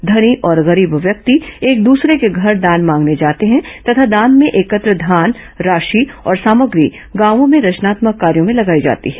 धनी और गरीब व्यक्ति एक दूसरे के घर दान मांगने जाते हैं तथा दान में एकत्र धान राशि और सामग्री गांवों में रचनात्मक कार्यों में लगाई जाती है